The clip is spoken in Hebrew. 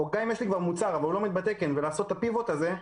או גם אם יש לי כבר מוצר שלא עומד בתקן וצריך לעשות את הפיבוט הזה,